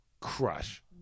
crush